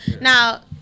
Now